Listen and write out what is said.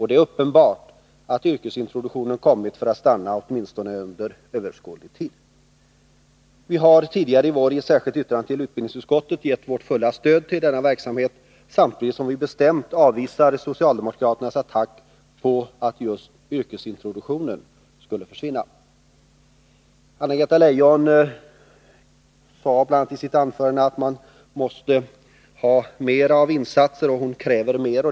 Det är uppenbart att yrkesintroduktionen kommit för att stanna, åtminstone under överskådlig tid. Vi har tidigare i vår i ett särskilt yttrande till utbildningsutskottet gett vårt fulla stöd till denna verksamhet, samtidigt som vi bestämt avvisar den attack från socialdemokraterna som innebär att just yrkesintroduktionen skulle försvinna. Anna-Greta Leijon sade bl.a. i sitt anförande att man måste ha mer av insatser.